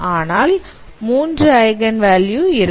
ஆனால் 3 eigen value இருக்கும்